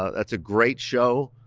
that's a great show,